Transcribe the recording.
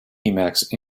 emacs